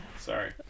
sorry